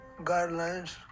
guidelines